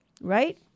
right